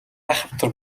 айхавтар